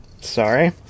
Sorry